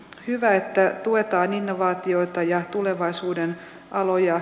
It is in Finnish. hyvä että tuetaan innovaatioita ja tulevaisuuden aloja